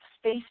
Space